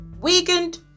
weekend